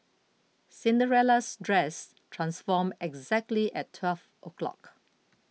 Cinderella's dress transformed exactly at twelve o'clock